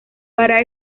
para